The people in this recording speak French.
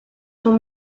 sont